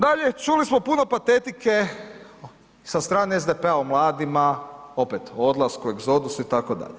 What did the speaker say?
Dalje, čuli smo puno patetike sa strane SDP-a o mladima, opet o odlasku, egzodusu itd.